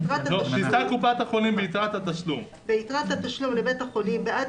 החולים ביתרת התשלום לבית החולים בעד